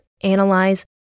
analyze